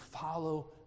follow